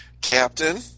Captain